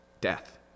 death